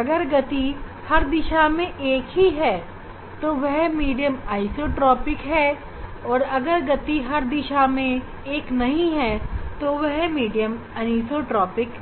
अगर गति हर दिशा में एक ही है तो वह मीडियम आइसोट्रॉपिक है और अगर गति हर दिशा में एक नहीं है तो वह मीडियम अनीसोट्रॉपिक है